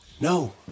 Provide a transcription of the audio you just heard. No